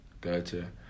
gotcha